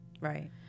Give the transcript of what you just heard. right